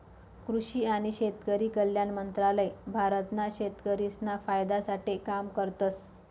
कृषि आणि शेतकरी कल्याण मंत्रालय भारत ना शेतकरिसना फायदा साठे काम करतस